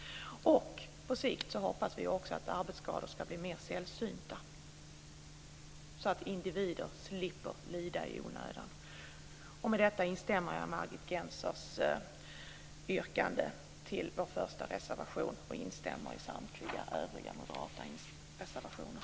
På sikt hoppas vi att arbetsskador ska bli mer sällsynta, så att individer slipper att lida i onödan. Med detta instämmer jag i Margit Gennsers yrkande till vår första reservation. Jag instämmer också i samtliga övriga moderata reservationer.